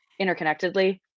interconnectedly